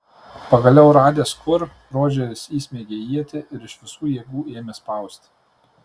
pagaliau radęs kur rodžeris įsmeigė ietį ir iš visų jėgų ėmė spausti